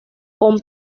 con